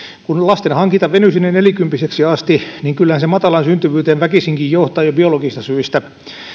kun lasten hankinta venyy sinne nelikymppiseksi asti niin kyllähän se matalaan syntyvyyteen väkisinkin johtaa jo biologisista syistä